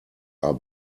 are